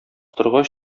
торгач